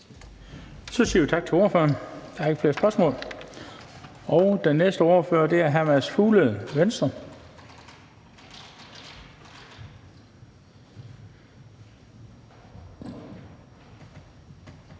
Så siger vi tak til ordføreren. Der er ikke flere spørgsmål. Og den næste ordfører er hr. Mads Fuglede, Venstre.